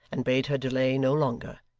and bade her delay no longer,